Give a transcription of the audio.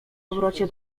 powrocie